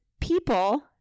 people